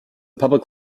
public